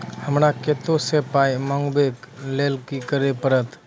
हमरा कतौ सअ पाय मंगावै कऽ लेल की करे पड़त?